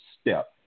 step